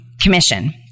commission